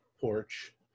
porch